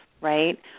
right